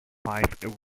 five